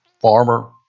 farmer